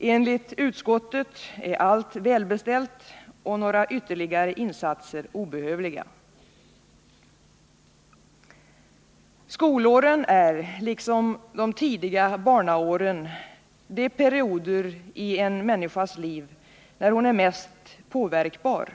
Enligt utskottet är allt välbeställt och ytterligare insatser obehövliga. Skolåren och de tidigare barnaåren är de perioder i en människas liv då hon är som mest påverkbar.